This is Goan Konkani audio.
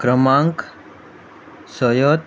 क्रमांक सयत